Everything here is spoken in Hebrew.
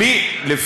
ביטן,